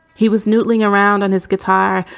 he was noodling around on his guitar,